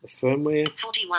firmware